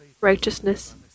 righteousness